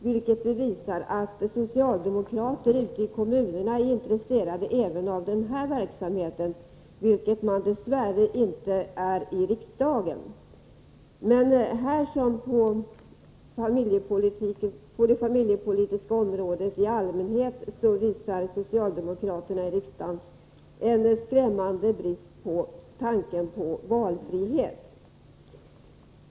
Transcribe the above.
Det bevisar att socialdemokrater ute i kommunerna är intresserade även av den här verksamheten, vilket socialdemokraterna i riksdagen dess värre inte är. Här som på det familjepolitiska området i allmänhet visar socialdemokraterna i riksdagen en skrämmande brist på vilja att värna om valfriheten.